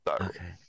Okay